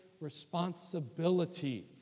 responsibility